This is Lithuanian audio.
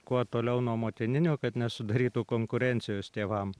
kuo toliau nuo motininio kad nesudarytų konkurencijos tėvam